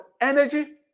energy